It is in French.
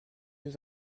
nous